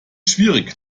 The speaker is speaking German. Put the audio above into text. schwierig